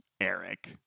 Eric